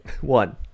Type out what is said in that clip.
one